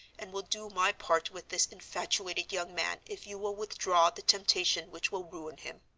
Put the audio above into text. and will do my part with this infatuated young man if you will withdraw the temptation which will ruin him.